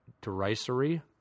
derisory